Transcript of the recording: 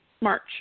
March